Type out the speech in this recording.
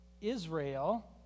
Israel